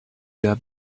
their